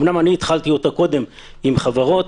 אומנם התחלתי אותה קודם עם חברות,